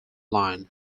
line